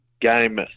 Game